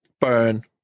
burn